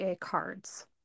cards